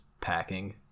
packing